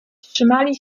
trzymali